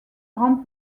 grand